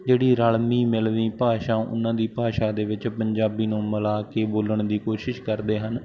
ਜਿਹੜੀ ਰਲਮੀ ਮਿਲਵੀਂ ਭਾਸ਼ਾ ਉਹਨਾਂ ਦੀ ਭਾਸ਼ਾ ਦੇ ਵਿੱਚ ਪੰਜਾਬੀ ਨੂੰ ਮਿਲਾ ਕੇ ਬੋਲਣ ਦੀ ਕੋਸ਼ਿਸ਼ ਕਰਦੇ ਹਨ